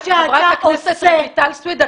חברת הכנסת רויטל סויד,